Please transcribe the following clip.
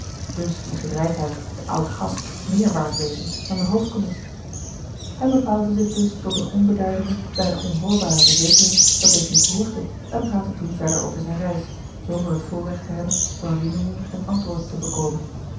dus moest het rijtuig den oudgast meer waard wezen dan den hoofdcommies hij bepaalde zich dus tot eene onbeduidende bijna onhoorbare verzekering dat dit niet behoefde en praatte toen verder over zijne reis zonder het voorrecht te hebben van rimini een antwoord te bekomen